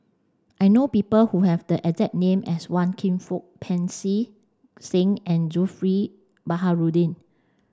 I know people who have the exact name as Wan Kam Fook Pancy Seng and Zulkifli Baharudin